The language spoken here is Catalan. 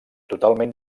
totalment